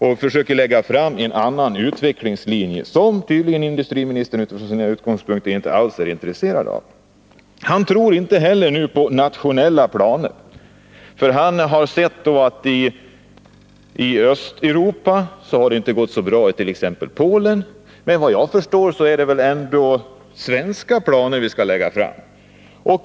Vi försöker lägga fram en annan utvecklingslinje, som industriministern tydligen från sina utgångspunkter inte alls är intresserad av. Industriministern tror inte heller på nationella planer, för han har sett att det inte har gått så bra i Östeuropa, t.ex. i Polen. Men vad jag förstår så är det väl svenska planer som vi skall lägga fram.